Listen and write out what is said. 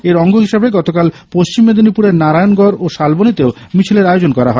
এর অঙ্গ হিসেবে গতকাল পশ্চিম মেদিনীপুরের নারায়ণগড় ও শালবনীতেও মিছিলের আয়োজন করা হয়